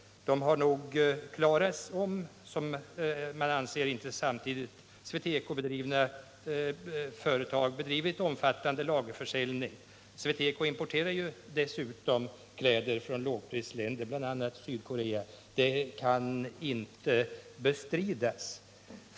De problemen hade nog klarats, anser man, om inte samtidigt SweTekoföretag bedrivit omfattande lagerförsäljning. SweTeco importerar ju dessutom kläder från lågprisländer, bl.a. Sydkorea. Det kan inte bestridas.